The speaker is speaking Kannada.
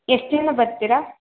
ಎಷ್ಟು ಜನ ಬರ್ತಿರಾ